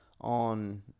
on